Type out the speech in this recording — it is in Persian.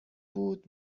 بود